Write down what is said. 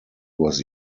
was